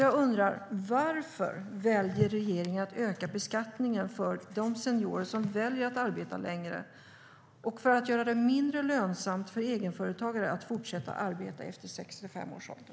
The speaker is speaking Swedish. Jag undrar: Varför väljer regeringen att öka beskattningen för de seniorer som väljer att arbeta längre och att göra det mindre lönsamt för egenföretagare att fortsätta arbeta efter 65 års ålder?